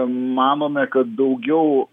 manome kad daugiau